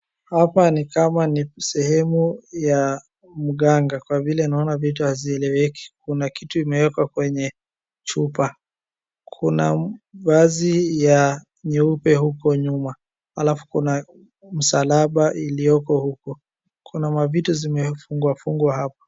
Hapa ni kama ni sehemu ya mganga kwa vile naona vitu hazieleki. Kuna kitu imewekwa kwenye chupa. Kuna vazi ya nyeupe huko nyuma. Alafu kuna msalaba iliyoko huko. Kuna mavitu zimefungwafungwa hapo.